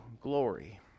glory